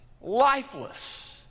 lifeless